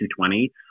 220